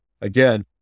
again